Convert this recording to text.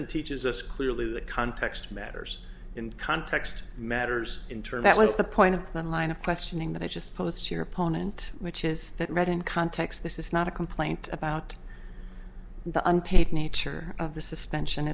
kasten teaches us clearly the context matters in context matters in turn that was the point of the line of questioning that i just post your opponent which is that read in context this is not a complaint about the unpaid nature of the suspension